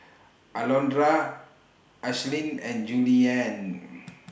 Alondra Ashlyn and Juliann